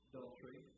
Adultery